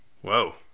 whoa